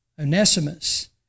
Onesimus